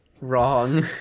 wrong